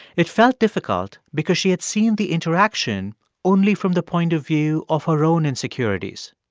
it felt difficult because she had seen the interaction only from the point of view of her own insecurities.